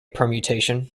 permutation